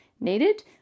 needed